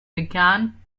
began